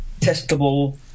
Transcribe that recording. testable